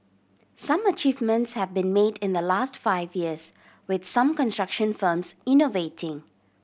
some achievements have been made in the last five years with some construction firms innovating